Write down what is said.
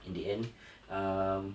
in the end um